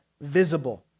visible